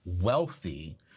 wealthy